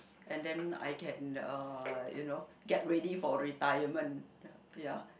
and then I can uh you know get ready for retirement ya